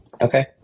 Okay